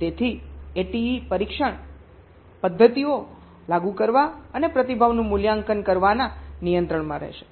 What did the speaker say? તેથી ATE પરીક્ષણ પદ્ધતિઓ લાગુ કરવા અને પ્રતિભાવનું મૂલ્યાંકન કરવાના નિયંત્રણમાં રહેશે